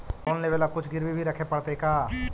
Loan लेबे ल कुछ गिरबी भी रखे पड़तै का?